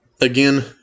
again